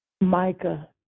Micah